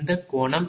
இந்த கோணம்